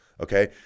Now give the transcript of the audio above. okay